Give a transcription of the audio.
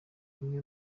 bimwe